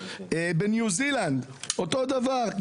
בניו-זילנד אותו הדבר,